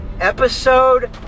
episode